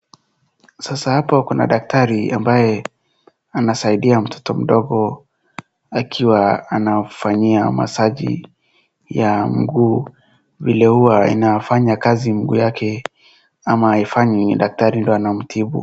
Sasa hapo kuna daktari ambaye anasaidia mtoto mdogo akiwa anamfanyia masaji ya mguu vile huwa inafanya kazi mguu yake ama haifanyi daktari ndo anamtibu.